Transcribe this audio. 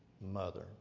mother